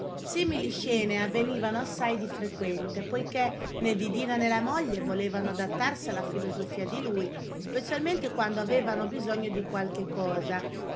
simili scene avvenivano assai di frequente poiché né didina né la moglie volevano adattarsi alla filosofia di lui specialmente quando avevano bisogno di qualche cosa